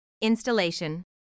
Installation